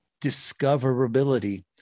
discoverability